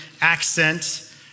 accent